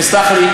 תסלח לי,